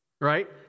right